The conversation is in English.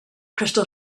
crystal